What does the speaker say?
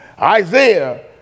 Isaiah